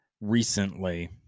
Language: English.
recently